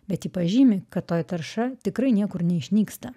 bet ji pažymi kad toji tarša tikrai niekur neišnyksta